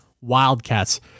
Wildcats